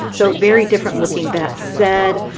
so very different looking. that said,